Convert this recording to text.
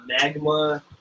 magma